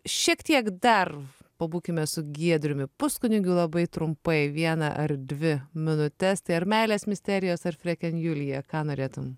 šiek tiek dar pabūkime su giedriumi puskunigiu labai trumpai vieną ar dvi minutes tai ar meilės misterijos ar freken julija ką norėtum